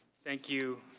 thank you